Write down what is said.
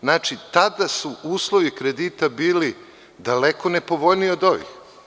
Znači, tada su uslovi kredita bili daleko nepovoljniji od ovih.